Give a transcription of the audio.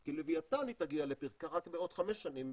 כי לווייתן תגיע לפרקה רק בעוד חמש-שש שנים,